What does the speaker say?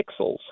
pixels